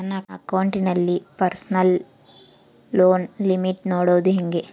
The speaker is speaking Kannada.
ನನ್ನ ಅಕೌಂಟಿನಲ್ಲಿ ಪರ್ಸನಲ್ ಲೋನ್ ಲಿಮಿಟ್ ನೋಡದು ಹೆಂಗೆ?